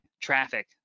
traffic